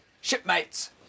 Shipmates